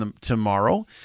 tomorrow